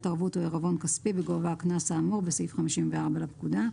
ערבות או עירבון כספי בגובה הקנס האמור בסעיף 54 לפקודה.